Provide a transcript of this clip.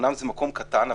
אומנם זה מקום קטן,